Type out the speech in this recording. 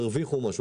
ירוויחו משהו.